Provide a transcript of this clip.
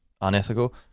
unethical